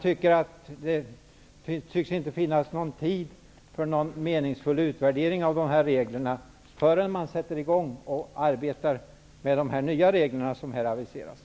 Det tycks inte finnas någon tid för någon meningsfull utvärdering av dessa regler förrän man sätter i gång att arbeta med de nya regler som här aviseras.